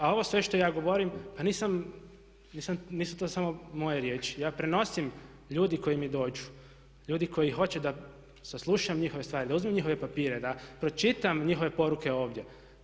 A ovo sve što ja govorim pa nisu to samo moje riječi, ja prenosim ljudi koji mi dođu, ljudi koji hoće da saslušam njihove stvari, da uzmem njihove papire, da pročitam njihove poruke ovdje.